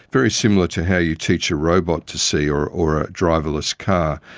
very similar to how you teach a robot to see or or a driverless car,